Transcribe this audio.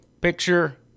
picture